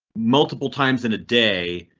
multiple times in a day.